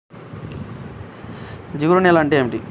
జిగురు నేలలు అంటే ఏమిటీ?